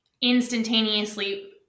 instantaneously